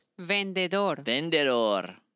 Vendedor